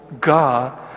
God